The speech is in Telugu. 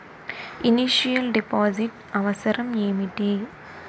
ఇనిషియల్ డిపాజిట్ అవసరం ఏమిటి?